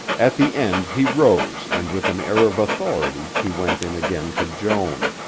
at the end he rose and with an air of authority he went in again to joan.